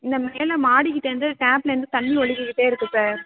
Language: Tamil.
இந்த மேல் மாடிகிட்டேருந்து டேப்லிருந்து தண்ணி ஒழுகிக்கிட்டே இருக்குது சார்